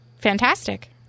Fantastic